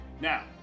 Now